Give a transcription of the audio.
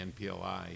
NPLI